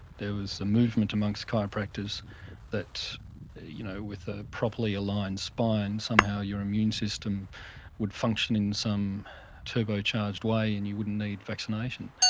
there was a movement amongst chiropractors that you know with the ah properly aligned spine somehow your immune system would function in some turbocharged way and you wouldn't need vaccination.